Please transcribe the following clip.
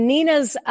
Nina's